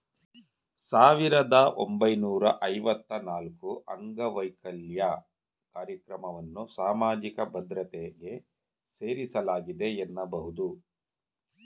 ಸಾವಿರದ ಒಂಬೈನೂರ ಐವತ್ತ ನಾಲ್ಕುಅಂಗವೈಕಲ್ಯ ಕಾರ್ಯಕ್ರಮವನ್ನ ಸಾಮಾಜಿಕ ಭದ್ರತೆಗೆ ಸೇರಿಸಲಾಗಿದೆ ಎನ್ನಬಹುದು